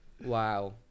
Wow